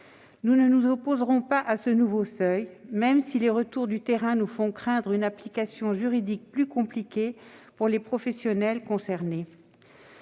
Nous ne nous opposerons pas à ce nouveau seuil, même si les retours du terrain nous font craindre une application juridique plus complexe pour les professionnels concernés.